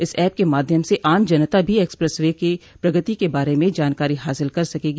इस एप के माध्यम से आम जनता भी एक्सप्रेस वे की प्रगति के बारे में जानकारी हासिल कर सकेगी